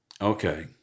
Okay